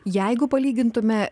jeigu palygintume